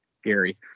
scary